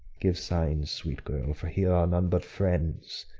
give signs, sweet girl, for here are none but friends,